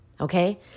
Okay